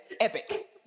epic